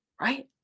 right